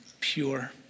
pure